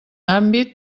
àmbit